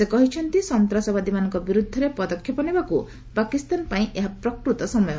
ସେ କହିଛନ୍ତି ସନ୍ତାସବାଦୀମାନଙ୍କ ବିରୁଦ୍ଧରେ ପଦକ୍ଷେପ ନେବାକୁ ପାକିସ୍ତାନ ପାଇଁ ଏହା ପ୍ରକୃତ ସମୟ